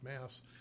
mass